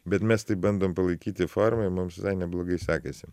bet mes taip bandom palaikyti formą mums visai neblogai sekasi